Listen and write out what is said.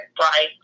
right